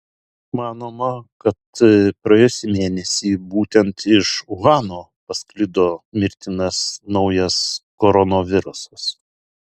manoma kad praėjusį mėnesį būtent iš uhano pasklido mirtinas naujas koronavirusas